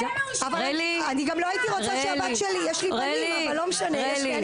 יש לי בנים אבל לא משנה.